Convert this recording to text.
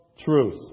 truth